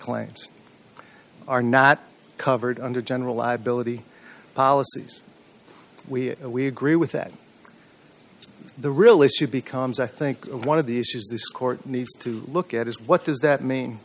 claims are not covered under general liability policies we we agree with that the real issue becomes i think one of these is this court needs to look at is what does that mean